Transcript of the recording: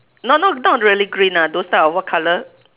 no~ no~ not really green ah those type of what colour